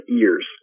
ears